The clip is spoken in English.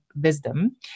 wisdom